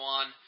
on